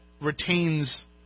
retains